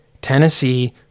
Tennessee